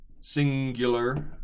Singular